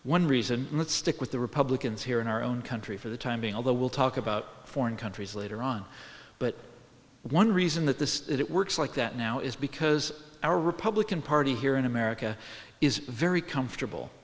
one reason let's stick with the republicans here in our own country for the time being although we'll talk about foreign countries later on but one reason that this it works like that now is because our republican party here in america is very comfortable